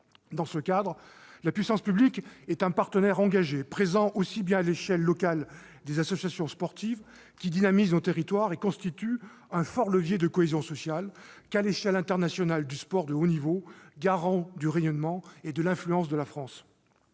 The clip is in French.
Dans ce cadre, la puissance publique est un partenaire engagé, présent aussi bien à l'échelle locale des associations sportives, qui dynamisent nos territoires et constituent un fort levier de cohésion sociale, qu'à l'échelon international du sport de haut niveau, garant du rayonnement et de l'influence de la France.